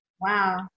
Wow